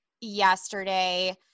yesterday